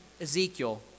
Ezekiel